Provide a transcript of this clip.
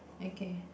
okay